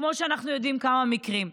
כמו שאנחנו יודעים בכמה מקרים.